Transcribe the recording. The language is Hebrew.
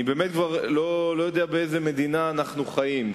אני באמת כבר לא יודע באיזו מדינה אנחנו חיים.